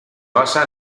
basa